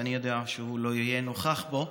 ואני ידעתי שהוא לא יהיה נוכח פה,